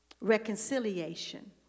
reconciliation